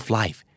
life